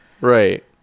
Right